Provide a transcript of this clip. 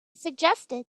suggested